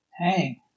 Hey